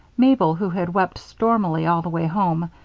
mabel, who had wept stormily all the way home,